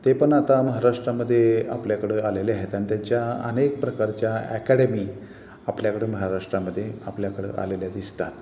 ते पण आता महाराष्ट्रामध्ये आपल्याकडं आलेले आहेत आणि त्याच्या अनेक प्रकारच्या अकॅडमी आपल्याकडं महाराष्ट्रामध्ये आपल्याकडं आलेल्या दिसतात